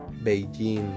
Beijing